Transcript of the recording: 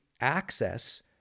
access